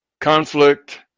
conflict